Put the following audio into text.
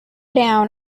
down